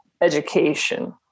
education